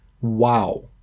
wow